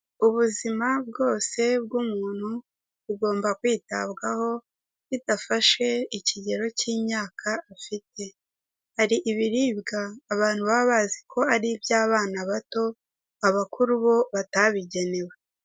Ubuzima bwose bw'umuntu bugomba kwitabwaho bidafashe ikigero cy'imyaka afite, hari ibiribwa abantu baba bazi ko ari iby'abana bato, abakuru bo batabigenewe.